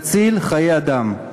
נציל חיי אדם.